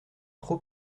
trop